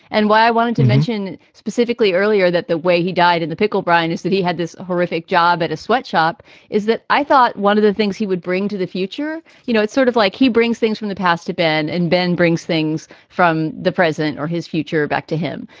and why i wanted to mention specifically earlier that the way he died in the pickle brine is that he had this horrific job at a sweatshop is that i thought one of the things he would bring to the future, you know, it's sort of like he brings things from the past to ben and ben brings things from the present or his future back to him.